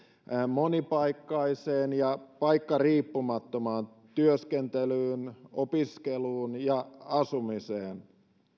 monipaikkaiseen ja paikkariippumattomaan työskentelyyn opiskeluun ja asumiseen